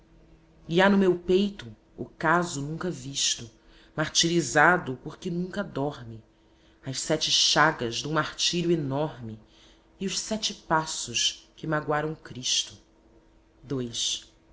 e há no mei peito ocaso nunca visto martirizado porque nunca dorme as sete chagas dum martírio enorme e os sete passos que magoaram cristo